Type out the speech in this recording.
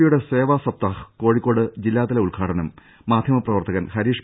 പിയുടെ സേവാ സപ്താഹ് കോഴിക്കോട് ജില്ലാ തല ഉദ്ഘാടനം മാധ്യമപ്രവർത്തകൻ ഹരീഷ്